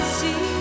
see